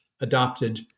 adopted